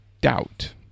doubt